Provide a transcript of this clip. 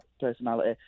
personality